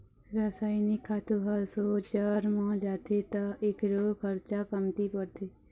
रसइनिक खातू ह सोझ जर म जाथे त एखरो खरचा कमती परथे